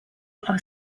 are